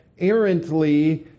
errantly